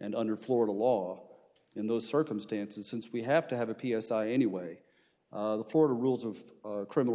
and under florida law in those circumstances since we have to have a p s i i anyway for rules of criminal